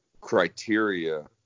criteria